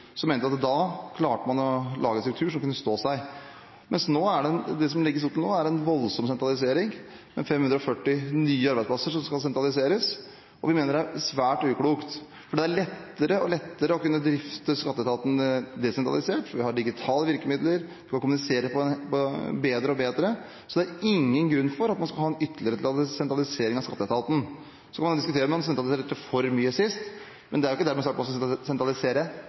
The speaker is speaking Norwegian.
mente at man da klarte å lage en struktur som kunne stå seg. Det som det legges opp til nå, er en voldsom sentralisering – 540 nye arbeidsplasser skal sentraliseres. Vi mener det er svært uklokt, for det blir lettere og lettere å kunne drifte skatteetaten desentralisert. Vi har digitale virkemidler for å kunne kommunisere bedre og bedre, så det er ingen grunn til at man skal ha en ytterligere sentralisering av skatteetaten. Så kan man diskutere om man sentraliserte for mye sist. Det er ikke dermed sagt at man skal sentralisere